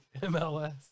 MLS